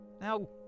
Now